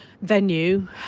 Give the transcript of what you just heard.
Venue